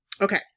Okay